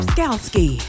Skalski